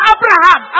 Abraham